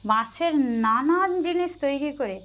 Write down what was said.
বাঁশের নানান জিনিস তৈরি করে